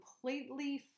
completely